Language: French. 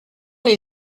les